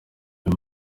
uyu